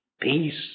peace